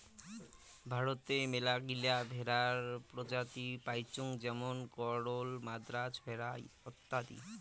ভারতে মেলাগিলা ভেড়ার প্রজাতি পাইচুঙ যেমন গরল, মাদ্রাজ ভেড়া অত্যাদি